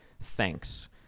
THANKS